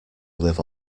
live